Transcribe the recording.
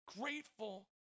grateful